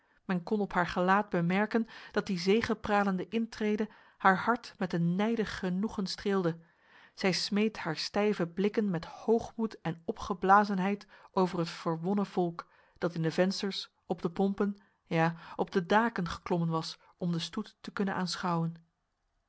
men kon op haar gelaat bemerken dat die zegepralende intrede haar hart met een nijdig genoegen streelde zij smeet haar stijve blikken met hoogmoed en opgeblazenheid over het verwonnen volk dat in de vensters op de pompen ja op de daken geklommen was om de stoet te kunnen aanschouwen